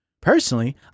personally